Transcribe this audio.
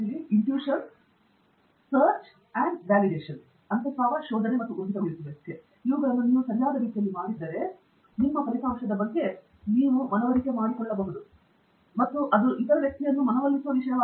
ಇವುಗಳನ್ನು ನೀವು ಸರಿಯಾದ ರೀತಿಯಲ್ಲಿ ಮಾಡಿದ್ದರೆ ನಿಮ್ಮ ಫಲಿತಾಂಶದ ಬಗ್ಗೆ ನೀವು ಮನವರಿಕೆ ಮಾಡಿಕೊಳ್ಳಬಹುದು ಮತ್ತು ಅದು ಇತರ ವ್ಯಕ್ತಿಯನ್ನು ಮನವೊಲಿಸುವ ವಿಷಯವಾಗಿದೆ